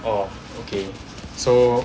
orh okay so